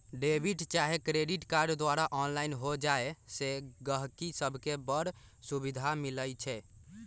debit चाहे credit card द्वारा online हो जाय से गहकि सभके बड़ सुभिधा मिलइ छै